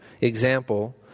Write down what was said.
example